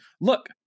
look